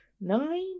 nine